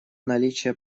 наличие